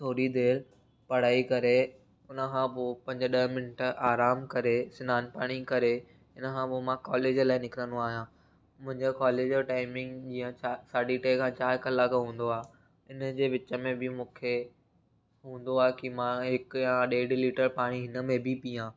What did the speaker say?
थोरी देरि पढ़ाई करे उनखां पोइ पंज ॾह मिंटु आरामु करे सनानु पाणी करे इनखां पोइ मां कॉलेज लाइ निकिरंदो आहियां मुंहिंजा कॉलेज जो टाइमिंग साढी टे खां चार कलाकु हूंदो आहे इनजे विच में बि मूंखे हूंदो आहे की मां हिकु या ॾेढि लीटर पाणी हिन में बि पीआं